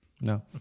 No